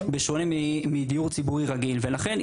לכן,